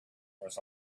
was